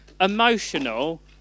emotional